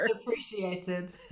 appreciated